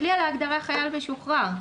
תסתכלי על ההגדרה "חייל משוחרר".